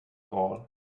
gall